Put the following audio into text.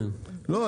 לא,